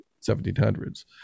1700s